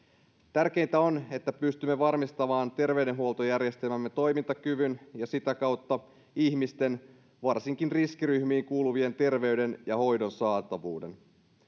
tärkeintä on että pystymme varmistamaan terveydenhuoltojärjestelmämme toimintakyvyn ja sitä kautta ihmisten varsinkin riskiryhmiin kuuluvien terveyden ja hoidon saatavuuden